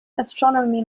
astronomy